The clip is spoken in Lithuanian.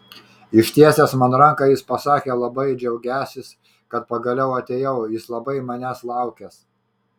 ištiesęs man ranką jis pasakė labai džiaugiąsis kad pagaliau atėjau jis labai manęs laukęs